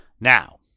Now